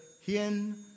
Hien